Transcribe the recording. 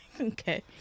Okay